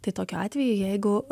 tai tokiu atveju jeigu